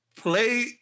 play